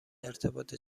ارتباط